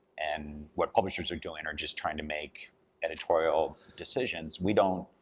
and what publishers are doing are just trying to make editorial decisions. we don't,